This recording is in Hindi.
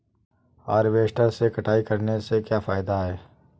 हार्वेस्टर से कटाई करने से क्या फायदा है?